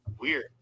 weird